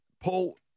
Paul